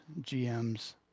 GMs